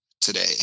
today